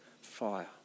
fire